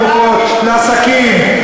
את הגופות לשקים?